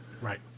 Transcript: Right